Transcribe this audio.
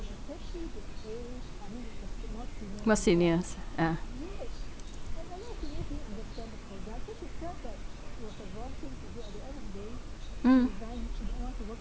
not seniors ah mm